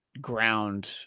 ground